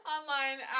Online